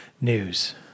news